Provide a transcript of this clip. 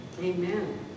Amen